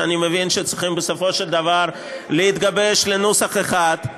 שאני מבין שצריכים בסופו של דבר להתגבש לנוסח אחד.